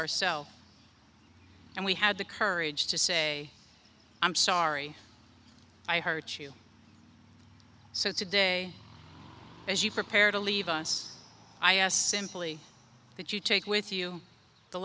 ourself and we had the courage to say i'm sorry i hurt you so today as you prepare to leave us i asked simply that you take with you the